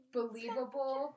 believable